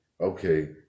okay